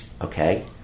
Okay